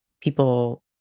people